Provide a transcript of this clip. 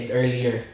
earlier